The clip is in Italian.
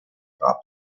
papa